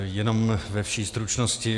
Jenom ve vší stručnosti.